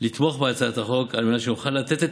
לתמוך בהצעת החוק על מנת שנוכל לתת את